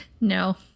No